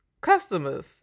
customers